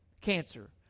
cancer